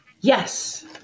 Yes